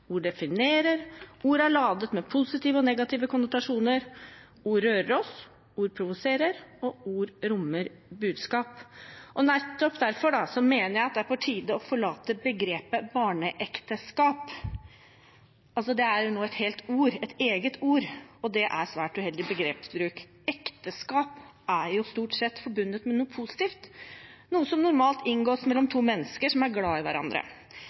definerer, ord er ladet med positive og negative konnotasjoner, ord rører oss, ord provoserer, og ord rommer budskap. Nettopp derfor mener jeg det er på tide å forlate begrepet «barneekteskap». Det er nå et eget ord, og det er en svært uheldig begrepsbruk. Ekteskap er jo stort sett forbundet med noe positivt, noe som normalt inngås mellom to mennesker som er glad i hverandre.